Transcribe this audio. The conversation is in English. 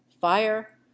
fire